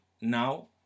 now